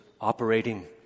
operating